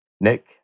Nick